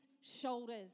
shoulders